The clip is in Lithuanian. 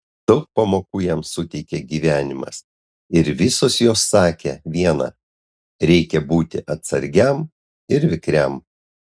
daug pamokų jam suteikė gyvenimas ir visos jos sakė viena reikia būti atsargiam ir vikriam